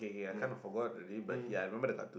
yeah mm